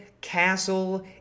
castle